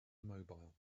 immobile